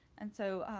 and so,